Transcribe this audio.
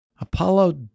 Apollo